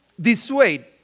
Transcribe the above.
dissuade